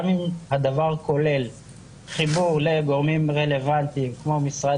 גם אם הדבר כולל חיבור לגורמים רלוונטיים כמו משרד